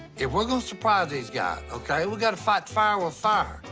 if we're gonna surprise these guys, okay, we gotta fight fire with fire.